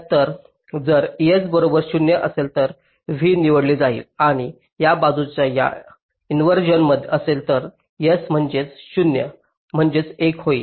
जर s बरोबर 0 असेल तर v निवडले जाईल आणि या बाजूला जर इन्व्हरसिओन असेल तर s म्हणजेच 0 म्हणजेच 1 होईल